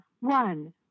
one